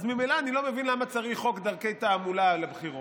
אז ממילא אני לא מבין למה צריך חוק דרכי תעמולה לבחירות,